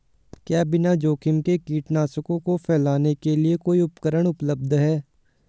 क्या बिना जोखिम के कीटनाशकों को फैलाने के लिए कोई उपकरण उपलब्ध है?